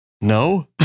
no